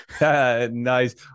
Nice